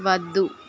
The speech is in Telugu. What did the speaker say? వద్దు